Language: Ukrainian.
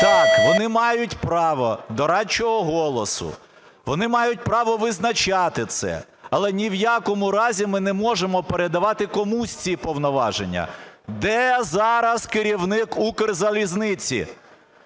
Так, вони мають право дорадчого голосу, вони мають право визначати це, але ні в якому разі ми не можемо передавати комусь ці повноваження. Де зараз керівник Укрзалізниці?